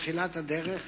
מתחילת הדרך.